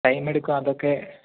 time എടുക്കും അതൊക്കെ